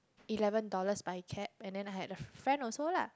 eleven dollars by cab and then I had a friend also lah